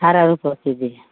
अठारह रुपैये केजी